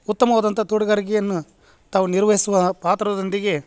ಉತ್ತಮವಾದಂಥ ತೋಟಗಾರಿಕೆಯನ್ನ ತಾವು ನಿರ್ವಯಿಸುವ ಪಾತ್ರದೊಂದಿಗೆ